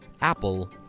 Apple